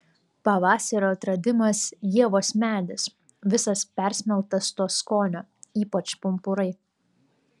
pavasario atradimas ievos medis visas persmelktas to skonio ypač pumpurai